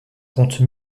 compte